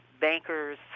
bankers